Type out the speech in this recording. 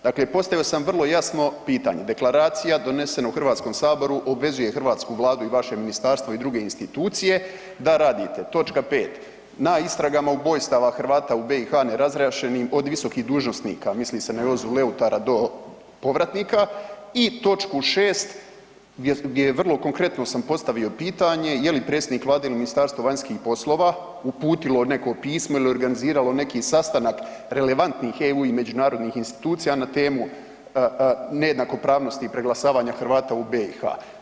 Dakle, postavio sam vrlo jasno pitanje, deklaracija donesena u HS obvezuje hrvatsku vladu i vaše ministarstvo i druge institucije da radite, točka 5. na istragama ubojstava Hrvata u BiH nerazriješenih od visokih dužnosnika, misli se na Jozu Leutara do povratnika i točku 6. gdje vrlo konkretno sam postavio pitanje, je li predstavnik vlade ili Ministarstvo vanjskih poslova uputilo neko pismo ili organiziralo neki sastanak relevantnih EU i međunarodnih institucija na temu „ Nejednakosti i preglasavanja Hrvata u BiH“